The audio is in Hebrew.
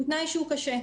הוא תנאי שהוא קשה.